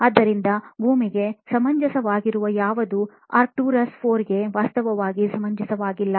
ಆದ್ದರಿಂದ ಭೂಮಿಗೆ ಸಮಂಜಸವಾಗಿರುವ ಯಾವುದೂ ಆರ್ಕ್ಟುರಸ್ IV ಗೆ ವಾಸ್ತವವಾಗಿ ಸಮಂಜಸವಾಗಿಲ್ಲ